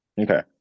okay